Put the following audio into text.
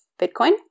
Bitcoin